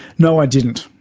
no, i didn't.